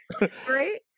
right